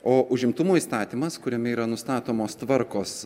o užimtumo įstatymas kuriame yra nustatomos tvarkos